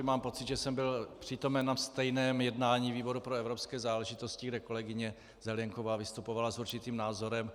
Mám pocit, že jsem byl přítomen na stejném jednání výboru pro evropské záležitosti, kde kolegyně Zelienková vystupovala s určitým názorem.